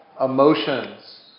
emotions